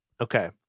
Okay